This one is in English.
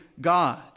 God